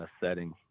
setting